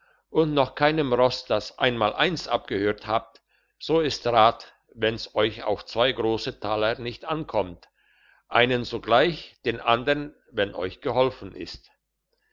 und noch keinem ross das einmaleins abgehört habt so ist rat wenn's euch auf zwei grosse taler nicht ankommt einen sogleich den andern wenn euch geholfen ist